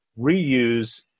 reuse